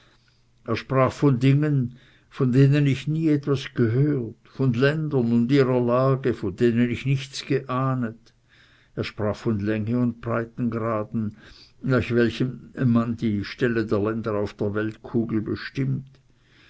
er sprach von dingen von denen ich nie etwas gehört von ländern und ihrer lage von denen ich nichts geahnt er sprach von länge und breitegraden nach welchen man die stelle der länder auf der weltkugel bestimmt